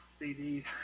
CDs